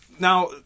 Now